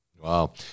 Wow